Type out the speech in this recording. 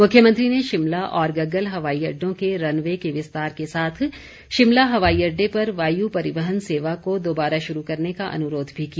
मुख्यमंत्री ने शिमला और गग्गल हवाई अड्डों के रन वे के विस्तार के साथ शिमला हवाई अड्डे पर वायु परिवहन सेवा को दोबारा शुरू करने का अनुरोध भी किया